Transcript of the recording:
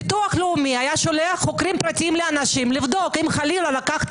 ביטוח לאומי היה שולח חוקרים פרטיים לאנשים לבדוק האם חלילה לקחת